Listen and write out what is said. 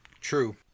True